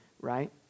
right